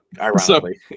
Ironically